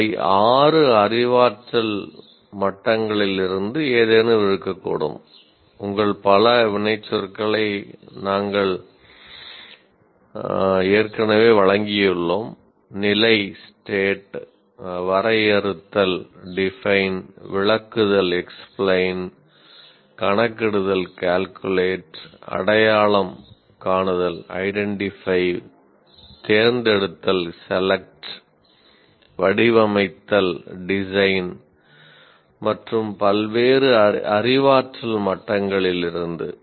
அவை 6 அறிவாற்றல் மட்டங்களில் இருந்து ஏதேனும் இருக்கக்கூடும் உங்கள் பல வினைச்சொற்களை நாங்கள் ஏற்கனவே வழங்கியுள்ளோம் நிலை மட்டங்களிலிருந்து